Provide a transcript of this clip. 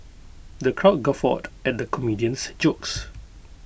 the crowd guffawed at the comedian's jokes